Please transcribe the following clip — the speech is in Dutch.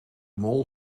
mol